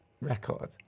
record